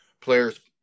players